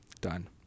done